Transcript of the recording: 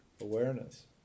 awareness